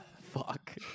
fuck